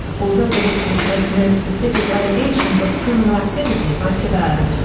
although the report makes no specific allegations of criminal activity by sevan,